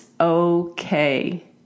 okay